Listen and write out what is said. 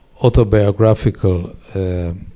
autobiographical